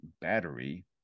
battery